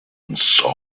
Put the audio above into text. inside